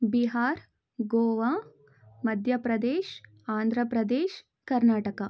Bihar Goa Madhya Pradesh Andhra Pradesh Karnataka